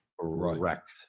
correct